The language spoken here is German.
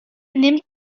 nimmt